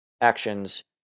actions